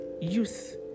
youth